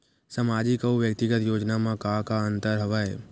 सामाजिक अउ व्यक्तिगत योजना म का का अंतर हवय?